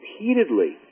repeatedly